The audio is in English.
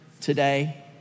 today